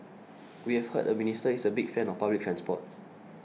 we have heard the minister is a big fan of public transport